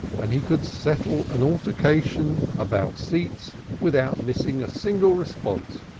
and he could settle an altercation about seats without missing a single response.